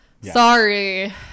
sorry